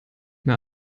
mehr